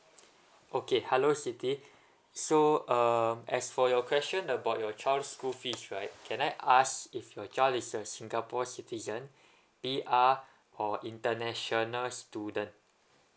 okay hello siti so um as for your question about your child's school fees right can I ask if your child is a singapore citizen P_R or international student